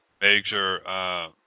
major